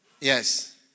Yes